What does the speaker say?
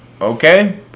okay